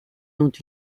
dont